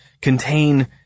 contain